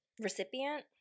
Recipient